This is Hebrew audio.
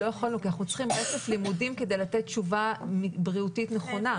לא יכולנו כי אנחנו צריכים רצף לימודים כדי לתת תשובה בריאותית נכונה.